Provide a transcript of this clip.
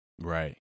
Right